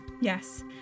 Yes